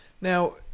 Now